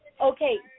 Okay